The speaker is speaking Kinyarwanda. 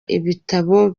ibitabo